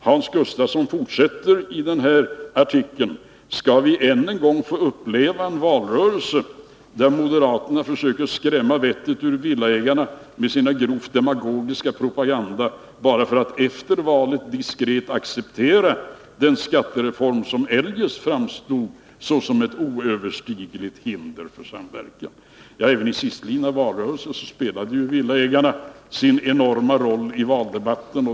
Hans Gustafsson fortsätter i artikeln: Skall vi än en gång få uppleva en valrörelse där moderaterna försöker skrämma vettet ur villaägarna med sin grovt demagogiska propaganda bara för att efter valet diskret acceptera den skattereform som eljest framstod såsom ett oöverstigligt hinder för samverkan? Även i sistlidna valrörelse spelade villaägarna sin roll i valdebatten.